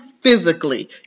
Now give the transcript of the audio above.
physically